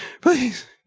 please